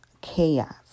chaos